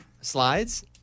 slides